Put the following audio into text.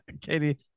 katie